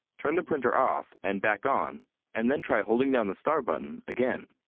turn the printer off and back on and then try holding down the star button again.